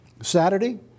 Saturday